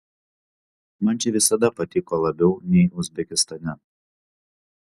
man čia visada patiko labiau nei uzbekistane